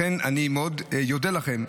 לכן אני מאוד אודה לכם,